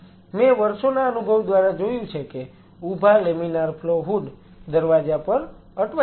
મેં વર્ષોના અનુભવ દ્વારા જોયું છે કે ઊભા લેમિનાર ફ્લો હૂડ દરવાજા પર અટવાઇ જાય છે